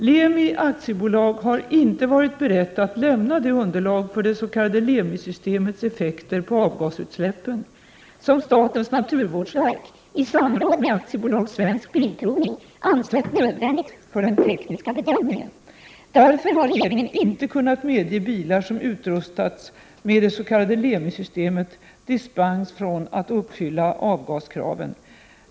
Lemi AB har inte varit berett att lämna det underlag för det s.k. Lemi-systemets effekter på avgasutsläppen som statens naturvårdsverk i samråd med AB Svensk Bilprovning ansett nödvändigt för den tekniska bedömningen. Därför har regeringen inte kunnat medge bilar som utrustats med det s.k. Lemi-systemet dispens från att uppfylla avgaskraven.